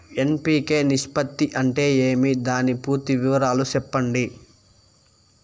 NPK నిష్పత్తి అంటే ఏమి దాని పూర్తి వివరాలు సెప్పండి?